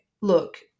look